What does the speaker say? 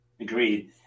Agreed